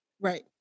Right